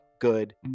good